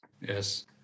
yes